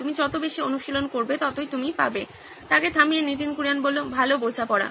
তুমি যত বেশি অনুশীলন করবে ততই তুমি পাবে নীতিন কুরিয়ান ভালো বোঝাপড়া